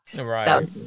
Right